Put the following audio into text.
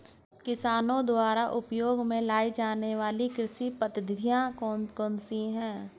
किसानों द्वारा उपयोग में लाई जाने वाली कृषि पद्धतियाँ कौन कौन सी हैं?